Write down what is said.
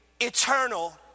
eternal